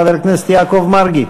חבר הכנסת יעקב מרגי.